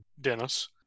Dennis